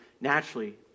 naturally